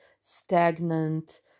stagnant